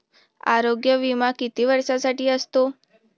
आरोग्य विमा किती वर्षांसाठी असतो?